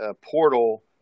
portal